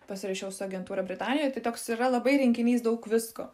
pasirašiau su agentūra britanijoj tai toks yra labai rinkinys daug visko